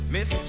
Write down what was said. Miss